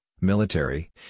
military